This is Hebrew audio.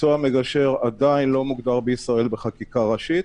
מקצוע המגשר עדיין לא מוגדר בישראל בחקיקה הראשית.